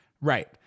Right